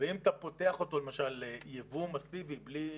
ואם אתה פותח אותו למשל ליבוא מסיבי בלי מגבלות,